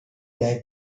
that